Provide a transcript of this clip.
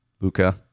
Luca